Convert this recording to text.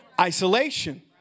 Isolation